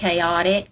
chaotic